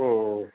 ம் ம்